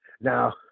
now